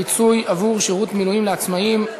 פיצוי עבור שירות מילואים לעצמאים),